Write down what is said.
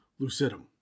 lucidum